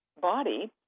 body